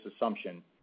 assumption